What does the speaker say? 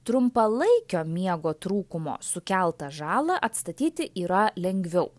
trumpalaikio miego trūkumo sukeltą žalą atstatyti yra lengviau